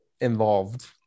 involved